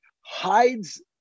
hides